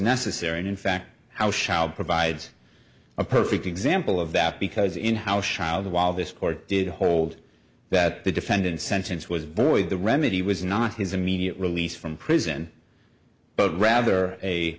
necessary and in fact how shall provides a perfect example of that because in how shall while this court did hold that the defendant sentence was void the remedy was not his immediate release from prison but rather a